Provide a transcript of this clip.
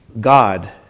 God